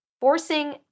forcing